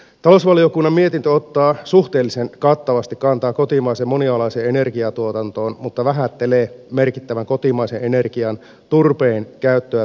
talousvaliokunnan mietintö ottaa suhteellisen kattavasti kantaa kotimaiseen monialaiseen energiantuotantoon mutta vähättelee merkittävän kotimaisen energian turpeen käyttöä tuotantomuotona